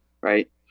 right